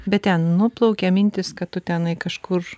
bet ten nuplaukė mintis kad tu tenai kažkur